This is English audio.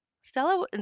Stella